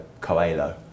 Coelho